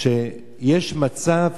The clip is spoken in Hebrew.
מצב